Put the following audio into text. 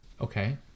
Okay